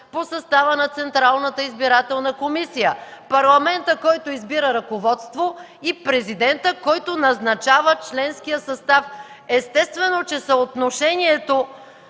по състава на Централната избирателна комисия – Парламентът, който избира ръководство, и президентът, който назначава членския състав. Естествено, че съотношението,